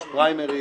יש פריימריז.